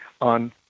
on